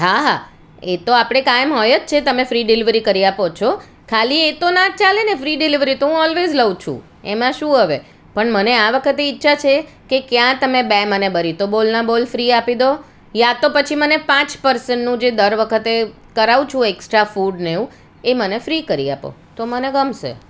હા હા એ તો આપણે કાયમ હોય જ છે તમે ફ્રી ડિલીવરી કરી આપો છો ખાલી એતો ના જ ચાલેને ફ્રી ડિલેવરી એતો હું ઓલવેસ લઉં છું એમાં શું હવે પણ મને આ વખતે ઈચ્છા છે કે ક્યાં તમે મને બે બરીતો બોલના બોલ ફ્રી આપો દો યા તો પછી મને પાંચ પર્સનનું જે દર વખતે કરાવું છું એકસ્ટ્રા ફૂડ ને એવું એ મને ફ્રી કરી આપો તો મને ગમશે